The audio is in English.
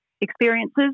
experiences